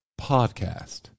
podcast